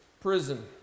prison